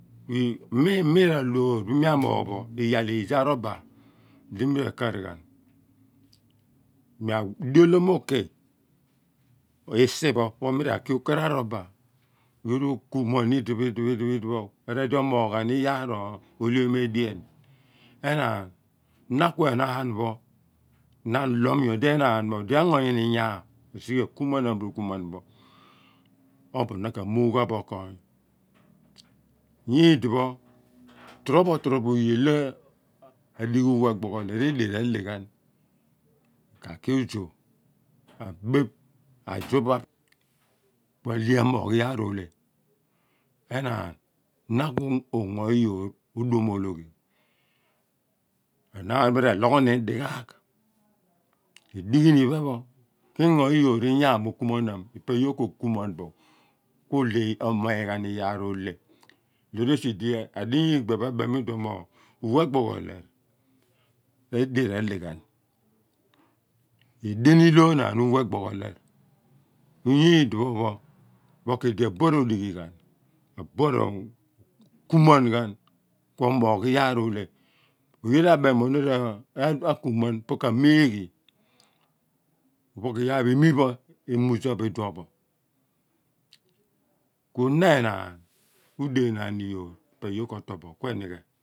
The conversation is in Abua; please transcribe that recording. Eh mi mi raloor bin mia moogh bo iyaal lijo a rubber di mi ra kharghan dio lo miuki isipho pho mi raki okar arubber yoor okumuan idipho idipho idipjo erodi omooghaani iyaar oliom edean enaan na kue naan pho na loom nyodi mo odi ango nyina inyaam osi ghe okumuan am rukumuan pho obo na ka mugh ghan bo okony nyidipho trobo trobo oye dia aighi uwe̱ e̱gbogho leer edean kalehghan aki ojo, abaap ajup kuidi among iyaar olea enaan pho ree loogh ni dighaagh r'dighi ni ephen ho ki ingo iyoor inyaan okumuan. ipehykor koo kumuan bo kuo miin ghan iyaar, oleh loor esi di adiya igbula pho ebem mi duon mo uwegboho leer edien ra heh ghan edean iloonem uwe egboho leer idipho pho iphen kuidi abuan rodighi ghan kua moogh iyaar oleh oye dea been nw nor ka kumuan pho ka miighi ekpe kui yaar pgo imi pho ku na enaan ude naan iyoor ipe yoor ko tol bo̱ kue ni ghe